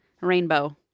rainbow